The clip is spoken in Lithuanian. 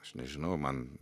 aš nežinau man